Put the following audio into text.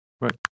Right